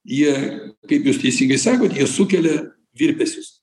jie kaip jūs teisingai sakot jie sukelia virpesius